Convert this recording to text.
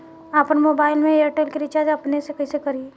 आपन मोबाइल में एयरटेल के रिचार्ज अपने से कइसे करि?